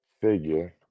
figure